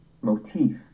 Motif